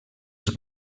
els